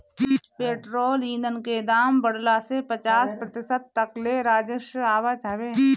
petrol ईधन के दाम बढ़ला से पचास प्रतिशत तक ले राजस्व आवत हवे